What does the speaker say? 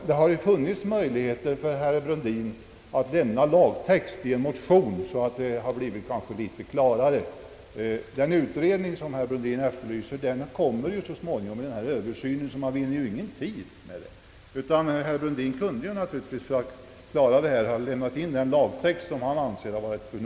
Det hade ju funnits möjlighet för herr Brundin att lämna förslag till lagtext i en motion, så hade det hela kanske blivit något klarare. Den utredning han efterlyser kommer så småningom i form av en översyn. Man vinner därför ingen tid med en särskild utredning. nomföras i samband med en allmän